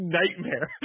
nightmare